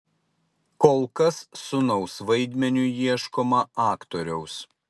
kol kas sūnaus vaidmeniui ieškoma aktoriaus